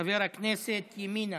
חבר הכנסת מימינה,